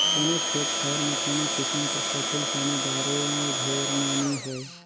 कोनोच खेत खाएर में कोनो किसिम कर फसिल पानी डाले भेर में नी होए